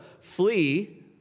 flee